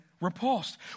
repulsed